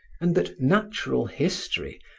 and that natural history,